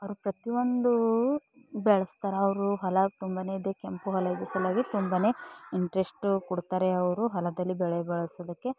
ಅವರು ಪ್ರತಿಯೊಂದು ಬೆಳೆಸ್ತಾರೆ ಅವರು ಹೊಲ ತುಂಬನೇ ಇದೆ ಕೆಂಪು ಹೊಲದ ಸಲುವಾಗಿ ತುಂಬನೇ ಇಂಟ್ರೆಸ್ಟ್ ಕೊಡ್ತಾರೆ ಅವರು ಹೊಲದಲ್ಲಿ ಬೆಳೆ ಬೆಳೆಸೋದಕ್ಕೆ